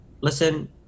Listen